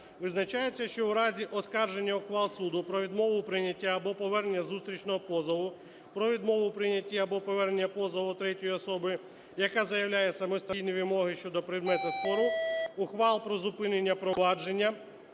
Визначається, що в разі оскарження ухвал суду про відмову прийняття або повернення зустрічного позову, про відмову прийняття або повернення позову третьою особою, яка заявляє самостійні вимоги щодо предмету спору, ухвал про зупинення провадження